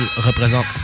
représente